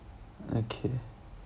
okay